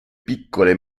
piccole